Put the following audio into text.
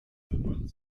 dein